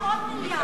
בבקשה, שר האוצר.